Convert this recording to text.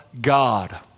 God